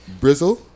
Brizzle